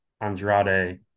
Andrade